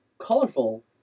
colorful